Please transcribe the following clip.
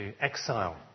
exile